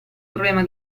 problema